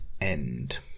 end